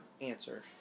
answer